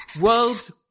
World's